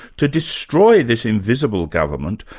to destroy this invisible government,